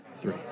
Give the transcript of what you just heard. Three